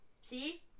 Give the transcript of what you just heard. See